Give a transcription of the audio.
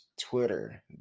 Twitter